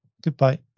Goodbye